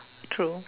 true